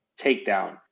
Takedown